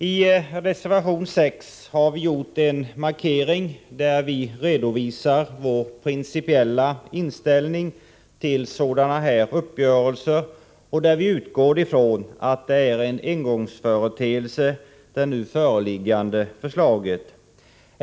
I reservation 6 har vi gjort en markering, där vi redovisar vår principiella inställning till sådana här uppgörelser och där vi utgår ifrån att det nu föreliggande förslaget är en engångsföreteelse.